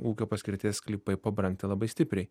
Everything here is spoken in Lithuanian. ūkio paskirties sklypai pabrangti labai stipriai